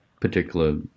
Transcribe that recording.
particular